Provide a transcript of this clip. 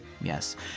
Yes